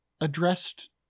addressed